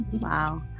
Wow